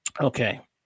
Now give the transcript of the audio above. Okay